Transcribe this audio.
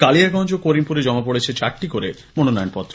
কালিয়াগঞ্জ ও করিমপুরে জমা পড়েছে চারটি মনোনয়নপত্র